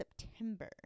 September